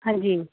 ਹਾਂਜੀ